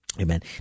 Amen